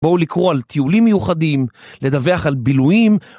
בואו לקרוא על טיולים מיוחדים, לדווח על בילויים.